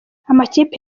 amakipe